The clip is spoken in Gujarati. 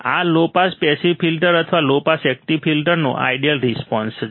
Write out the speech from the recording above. આ લો પાસ પેસિવ ફિલ્ટર અથવા લો પાસ એક્ટિવ ફિલ્ટરનો આઈડિઅલ રિસ્પોન્સ છે